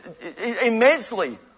immensely